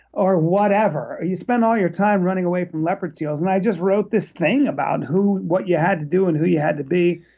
or whatever? you spend all your time running away from leopard seals. and i just wrote this thing about what you had to do and who you had to be.